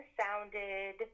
sounded